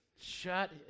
Shut